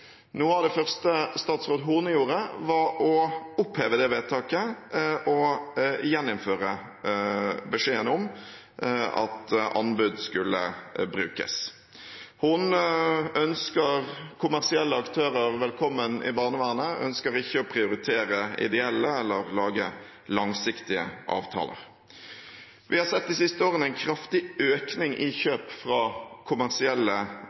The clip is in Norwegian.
Noe av det første statsråd Horne gjorde, var å oppheve det vedtaket og gjeninnføre beskjeden om at anbud skulle brukes. Hun ønsker kommersielle aktører velkommen i barnevernet og ønsker ikke å prioritere ideelle eller lage langsiktige avtaler. Vi har sett de siste årene en kraftig økning i kjøp fra kommersielle